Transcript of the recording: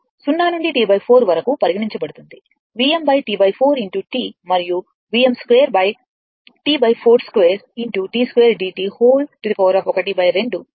Vm T 4 T మరియు Vm2 T42 T2dt ½ మరియు 0 నుండి T 4 సమాకలనం ఇంటిగ్రేట్ చేస్తే Vm√3